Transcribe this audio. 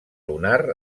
lunar